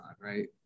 right